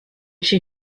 she